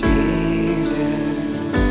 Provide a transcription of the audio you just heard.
Jesus